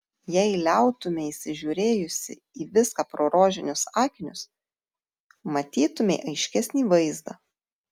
jei liautumeisi žiūrėjusi į viską pro rožinius akinius matytumei aiškesnį vaizdą